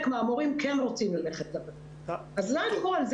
מהמורים כן רוצים ללכת לבתים - זה הכול.